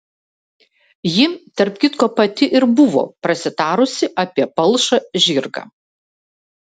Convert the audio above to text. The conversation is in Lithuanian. ji tarp kitko pati ir buvo prasitarusi apie palšą žirgą